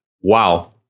wow